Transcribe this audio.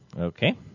Okay